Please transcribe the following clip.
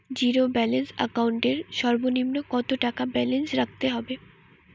Zero balance account এর সর্বনিম্ন কত টাকা ব্যালেন্স রাখতে হবে?